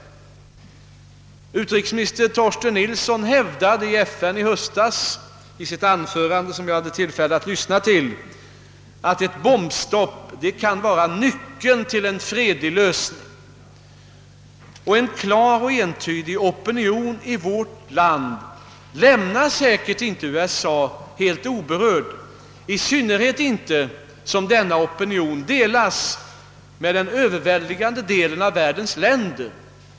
Utrikesminister Torsten Nilsson hävdade i FN i höstas i ett anförande som jag hade tillfälle att lyssna till, att ett bombstopp kan vara nyckeln till en fredlig lösning i Vietnam, och en klar och entydig opinion i vårt land lämnar säkert inte USA helt oberört, i synnerhet som denna opinion delas med den överväldigande delen av världens länder.